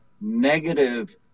negative